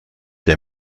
der